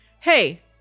hey